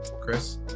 Chris